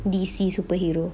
D_C superhero